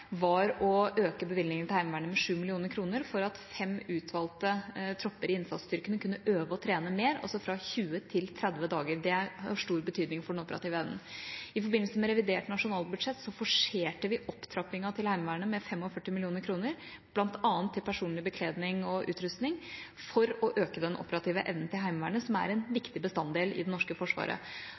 var å øke bevilgningene til Heimevernet med 7 mill. kr for at fem utvalgte tropper i innsatsstyrkene kunne øve og trene mer, altså fra 20 til 30 dager. Det har stor betydning for den operative evnen. I forbindelse med revidert nasjonalbudsjett forserte vi opptrappingen til Heimevernet med 45 mill. kr, bl.a. til personlig bekledning og utrustning for å øke den operative evnen til Heimevernet, som er en viktig bestanddel i det norske forsvaret.